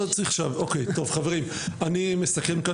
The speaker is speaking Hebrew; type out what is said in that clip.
אוקיי, חברים, ברשותכם, אני מסכם.